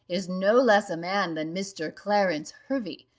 is no less a man than mr. clarence hervey,